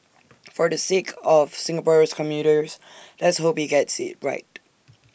for the sake of Singapore's commuters let's hope he gets IT right